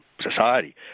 society